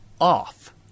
off